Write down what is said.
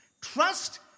Trust